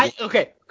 Okay